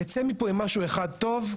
נצא מפה עם משהו אחד טוב,